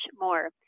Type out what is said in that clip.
more